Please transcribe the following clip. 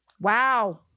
Wow